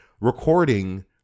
recording